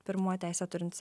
pirmumo teisę turintys